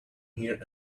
here